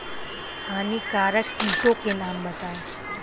हानिकारक कीटों के नाम बताएँ?